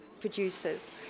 producers